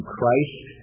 Christ